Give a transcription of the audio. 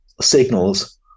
signals